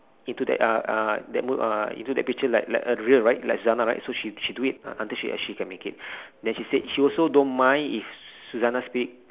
into that uh uh that will uh into the picture like like uh real right like suzzanna right so she she do it until she c~ she can make it then she said she also don't mind if suzzanna spirit